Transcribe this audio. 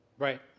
Right